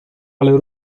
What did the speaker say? ale